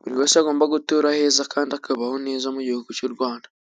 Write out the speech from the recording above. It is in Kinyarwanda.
buri wese agomba gutura aheza, kandi akabaho neza muri iki gihugu cy'u Rwanda.